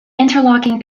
interlocking